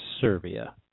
Serbia